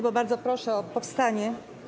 Bardzo proszę o powstanie.